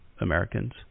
Americans